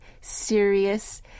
serious